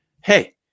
Hey